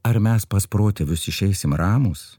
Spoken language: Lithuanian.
ar mes pas protėvius išeisim ramūs